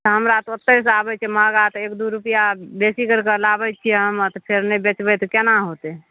तऽ हमरा तऽ ओतएसे आबै छै महगा तऽ एक दुइ रुपैआ बेसी करिके लाबै छिए हमे तऽ फेर नहि बेचबै तऽ कोना होतै